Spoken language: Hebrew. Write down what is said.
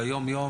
ביום יום,